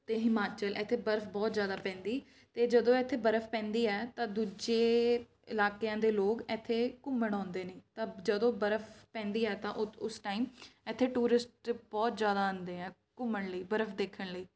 ਅਤੇ ਹਿਮਾਚਲ ਇੱਥੇ ਬਰਫ ਬਹੁਤ ਜ਼ਿਆਦਾ ਪੈਂਦੀ ਅਤੇ ਜਦੋਂ ਇੱਥੇ ਬਰਫ ਪੈਂਦੀ ਹੈ ਤਾਂ ਦੂਜੇ ਇਲਾਕਿਆਂ ਦੇ ਲੋਕ ਇੱਥੇ ਘੁੰਮਣ ਆਉਂਦੇ ਨੇ ਤਾਂ ਜਦੋਂ ਬਰਫ ਪੈਂਦੀ ਹੈ ਤਾਂ ਉਥ ਉਸ ਟਾਈਮ ਇੱਥੇ ਟੂਰਿਸਟ ਬਹੁਤ ਜ਼ਿਆਦਾ ਆਉਂਦੇ ਆ ਘੁੰਮਣ ਲਈ ਬਰਫ ਦੇਖਣ ਲਈ